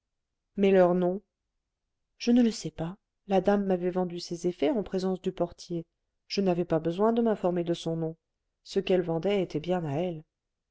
mais leur nom je ne le sais pas la dame m'avait vendu ses effets en présence du portier je n'avais pas besoin de m'informer de son nom ce qu'elle vendait était bien à elle